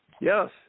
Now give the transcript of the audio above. Yes